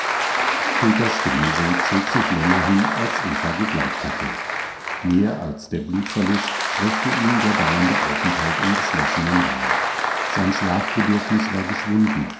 peters genesung zog sich länger hin als eva geglaubt hatte mehr als der blutverlust schwächte ihn der dauernde aufenthalt im geschlossenen raum sein schlafbedürfnis war geschwunden